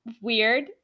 weird